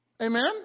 Amen